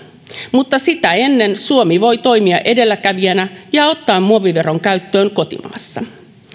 mutta sitä ennen suomi voi toimia edelläkävijänä ja ottaa muoviveron käyttöön kotimaassa